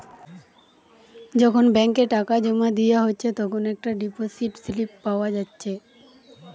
যখন ব্যাংকে টাকা জোমা দিয়া হচ্ছে তখন একটা ডিপোসিট স্লিপ পাওয়া যাচ্ছে